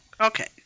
okay